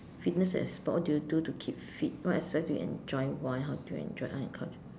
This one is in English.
fitness and sport what do you do to keep fit what exercise you can join why how do you enjoy art and culture